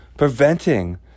Preventing